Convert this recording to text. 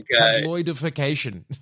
Tabloidification